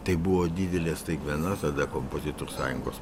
tai buvo didelė staigmena tada kompozitų sąjungos